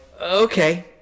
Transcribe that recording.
okay